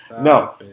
No